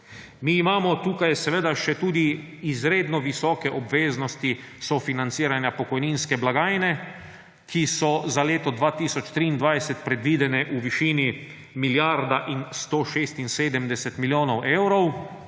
Mi imamo tukaj seveda še tudi izredno visoke obveznosti sofinanciranja pokojninske blagajne, ki so za leto 2023 predvidene v višini milijarda in 176 milijonov evrov,